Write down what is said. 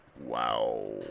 Wow